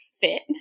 fit